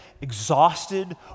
exhausted